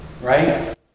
right